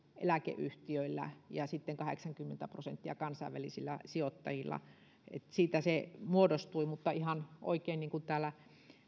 eläkeyhtiöillä ja sitten kahdeksankymmentä prosenttia kansainvälisillä sijoittajilla että siitä se muodostui mutta ihan oikein niin kuin täällä